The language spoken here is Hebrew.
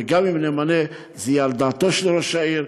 וגם אם נמנה, זה יהיה על דעתו של ראש העיר,